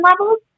levels